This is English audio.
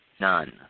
None